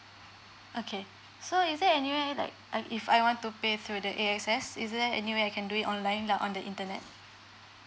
okay so is there anywhere like I if I want to pay through the A S X is there anywhere I can do it online like on the internet